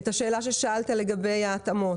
את השאלה ששאלת לגבי ההתאמות.